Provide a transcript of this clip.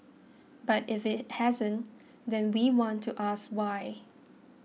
but if it hasn't then we want to ask why